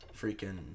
freaking